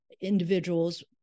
individuals